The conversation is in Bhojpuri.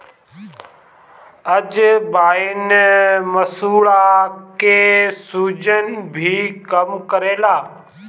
अजवाईन मसूड़ा के सुजन भी कम करेला